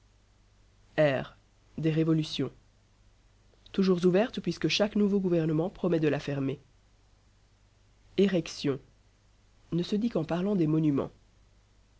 ère des révolutions toujours ouverte puisque chaque nouveau gouvernement promet de la fermer érection ne se dit qu'en parlant des monuments